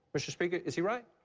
mr. speaker, is he right?